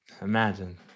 imagine